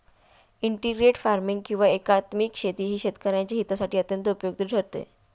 integrated farming किंवा एकात्मिक शेती ही शेतकऱ्यांच्या हितासाठी अत्यंत उपयुक्त ठरते